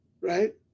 right